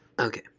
Okay